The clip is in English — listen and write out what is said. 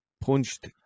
punched